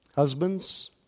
Husbands